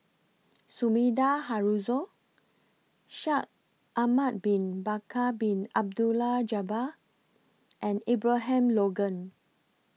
Sumida Haruzo Shaikh Ahmad Bin Bakar Bin Abdullah Jabbar and Abraham Logan